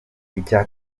icya